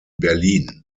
berlin